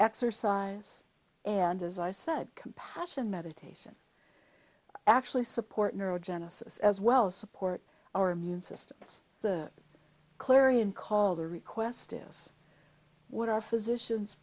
exercise and as i said compassion meditation actually support neurogenesis as well support our immune systems the clarion call the request is what are physicians